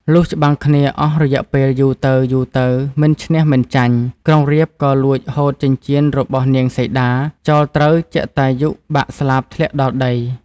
លុះច្បាំងគ្នាអស់រយៈពេលយូរទៅៗមិនឈ្នះ មិនចាញ់ ក្រុងរាពណ៍ក៏លួចហូតចិញ្ចៀនរបស់នាងសីតា ចោលត្រូវជតាយុបាក់ស្លាបធ្លាក់ដល់ ដី។